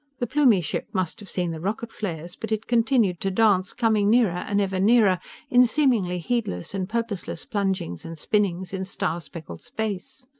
the plumie ship must have seen the rocket flares, but it continued to dance, coming nearer and ever nearer in seemingly heedless and purposeless plungings and spinnings in star-speckled space.